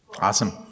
Awesome